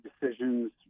decisions